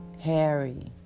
Harry